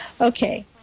Okay